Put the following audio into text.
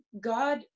God